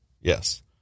Yes